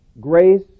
grace